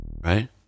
Right